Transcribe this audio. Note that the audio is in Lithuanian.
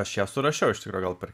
aš ją surašiau iš tikro gal per